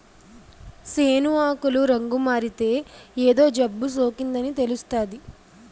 సేను ఆకులు రంగుమారితే ఏదో జబ్బుసోకిందని తెలుస్తాది